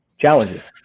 challenges